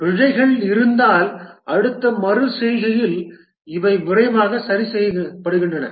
பிழைகள் இருந்தால் அடுத்த மறு செய்கையில் இவை விரைவாக சரி செய்யப்படுகின்றன